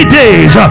days